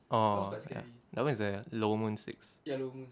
orh ya that [one] is a lumen six